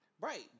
Right